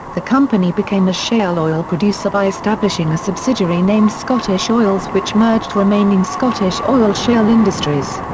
the company became a shale-oil producer by establishing a subsidiary named scottish oils which merged remaining scottish oil-shale industries.